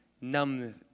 numb